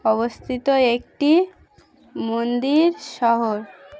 অবস্থিত একটি মন্দির শহর